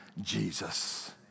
Jesus